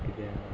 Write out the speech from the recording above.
कितें आनी